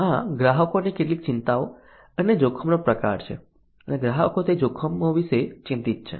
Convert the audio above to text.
આ ગ્રાહકોની કેટલીક ચિંતાઓ અને જોખમોનો પ્રકાર છે અને ગ્રાહકો તે જોખમો વિશે ચિંતિત છે